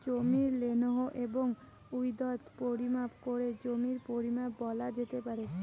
জমির লেন্থ এবং উইড্থ পরিমাপ করে জমির পরিমান বলা যেতে পারে